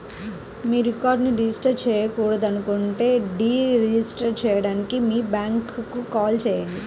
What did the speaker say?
మీ కార్డ్ను రిజిస్టర్ చేయకూడదనుకుంటే deregister చేయడానికి మీ బ్యాంక్కు కాల్ చేయండి